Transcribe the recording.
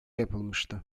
yapılmıştı